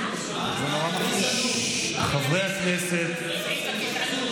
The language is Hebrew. חברי הכנסת,